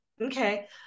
Okay